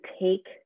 take